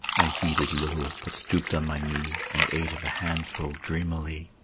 i heeded little, but stooped on my knee, and ate of a handful dreamily.